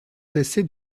cessé